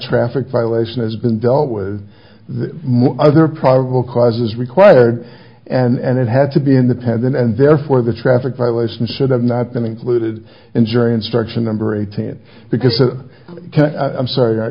traffic violation has been dealt with the more either probable cause is required and it had to be independent and therefore the traffic violation should have not been included in jury instruction number eighteen because a i'm sorry